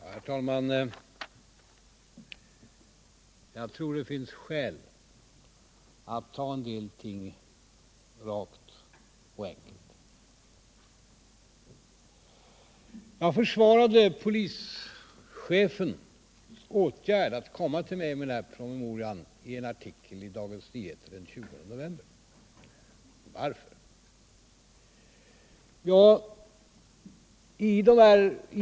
Herr talman! Jag tror det finns skäl att ta en del ting rakt och enkelt. Jag försvarade polischefens åtgärd att komma till mig med den här promemorian i en artikel i Dagens Nyheter den 20 november förra året. Varför?